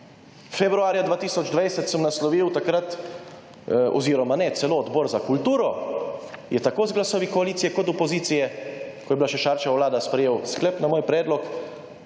Februarja 2020 sem naslovil… oziroma ne, celo Odbor za kulturo je tako z glasovi koalicije kot opozicije, ko je bila še Šarčeva Vlada, sprejel sklep na moj predlog,